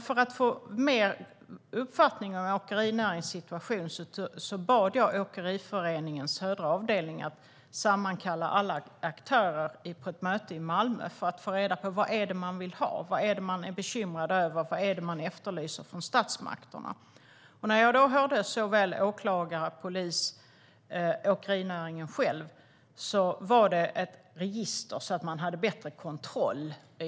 För att få en bättre uppfattning om åkerinäringens situation bad jag Åkeriföreningens södra avdelning att sammankalla alla aktörer på ett möte i Malmö för att få reda på vad det är man vill ha, vad det är man är bekymrad över och vad det är man efterlyser från statsmakterna. Då hörde jag från såväl åklagare och polis som åkerinäringen själv att det handlar om ett register för att ha bättre kontroll.